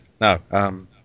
No